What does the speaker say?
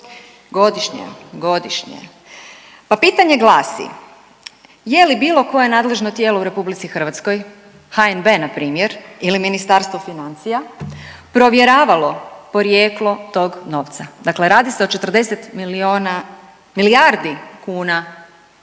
godišnje, pa pitanje glasi, je li bilo koje nadležno tijelo u RH, HNB npr. ili Ministarstvo financija provjeravalo porijeklo tog novca, dakle radi se o 40 milijuna,